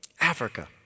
Africa